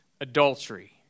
adultery